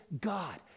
God